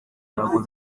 ntabwo